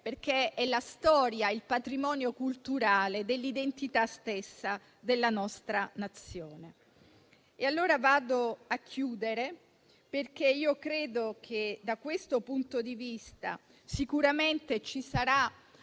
perché è la storia, il patrimonio culturale dell'identità stessa della nostra Nazione. Vado a chiudere, dicendo che credo che da questo punto di vista sicuramente ci sarà